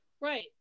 right